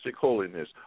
holiness